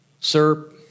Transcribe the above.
Sir